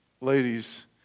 ladies